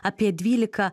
apie dvylika